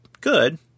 good